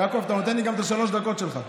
יעקב, אתה נותן לי גם את השלוש דקות שלך.